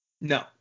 No